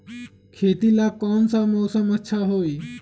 खेती ला कौन मौसम अच्छा होई?